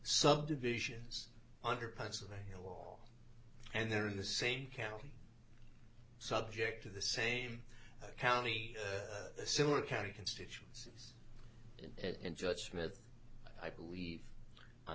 subdivisions under pennsylvania and they're in the same county subject to the same county similar county constituents in judge smith i believe on